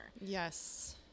Yes